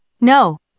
No